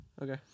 Okay